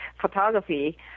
photography